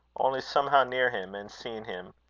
only somehow near him, and seeing him.